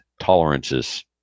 tolerances